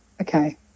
okay